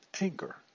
anger